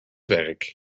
werk